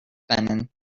benin